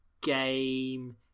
game